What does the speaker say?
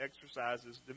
exercises